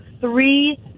three